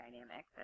dynamic